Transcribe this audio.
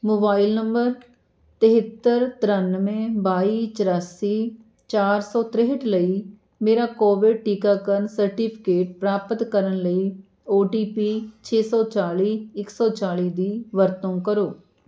mobile number ਤਿਹੱਤਰ ਤਰਾਨਵੇਂ ਬਾਈ ਚੁਰਾਸੀ ਚਾਰ ਸੌ ਤਰੇਹਠ ਲਈ ਮੇਰਾ ਕੋਵਿਡ ਟੀਕਾਕਰਨ ਸਰਟੀਫਿਕੇਟ ਪ੍ਰਾਪਤ ਕਰਨ ਲਈ ਓ ਟੀ ਪੀ ਛੇ ਸੌ ਚਾਲੀ ਇਕ ਸੌ ਚਾਲੀ ਦੀ ਵਰਤੋਂ ਕਰੋ